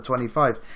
25